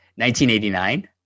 1989